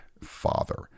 Father